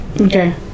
Okay